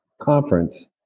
conference